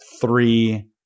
three